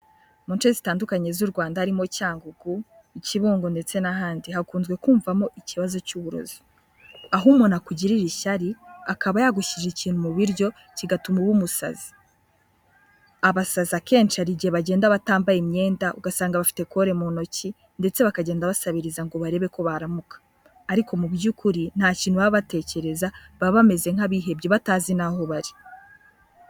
Mu nshe zitandukanye z'u Rwanda harimo Cyangugu i Kibungo ndetse n'ahandi, hakunze kumvamo ikibazo cy'uburozi aho umuntu akugirira ishyari akaba yagushyirira ikintu mu biryo kigatuma uba umusazi, abasaza akenshi hari igihe bagenda batambaye imyenda ugasanga bafite kore mu ntoki ndetse bakagenda basabiriza ngo barebe ko baramuka ariko mu by'ukuri nta kintu baba batekereza baba bameze nk'abihebye, baba batazi n'aho bari.